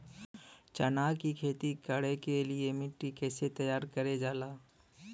चना की खेती कर के लिए मिट्टी कैसे तैयार करें जाला?